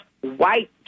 white